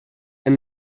and